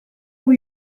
were